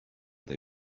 they